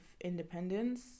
independence